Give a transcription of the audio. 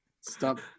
Stop